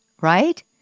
Right